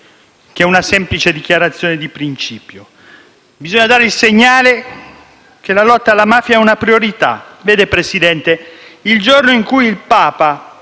che una semplice dichiarazione di principio. Bisogna dare il segnale che la lotta alla mafia è una priorità. Vede, Presidente, il giorno in cui il Papa